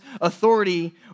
authority